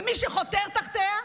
ומי שחותר תחתיה,